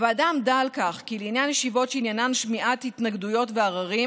הוועדה עמדה על כך כי לעניין ישיבות שעניינן שמיעת התנגדויות ועררים,